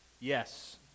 Yes